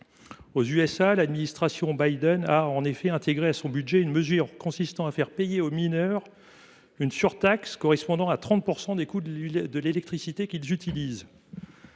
Unis, l’administration Biden a intégré à son budget une mesure consistant à faire payer aux « mineurs » une surtaxe correspondant à 30 % des coûts de l’électricité qu’ils utilisent.